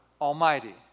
Almighty